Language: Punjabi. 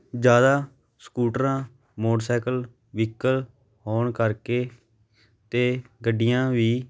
ਜ਼ਿਆਦਾ ਸਕੂਟਰਾਂ ਮੋਟਰਸਾਈਕਲ ਵਹੀਕਲ ਹੋਣ ਕਰਕੇ ਅਤੇ ਗੱਡੀਆਂ ਵੀ